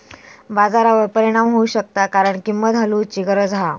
बाजारावर परिणाम होऊ शकता कारण किंमत हलवूची गरज हा